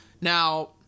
Now